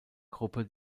gruppe